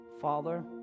Father